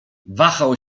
wahał